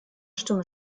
stimme